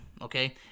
Okay